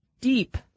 deep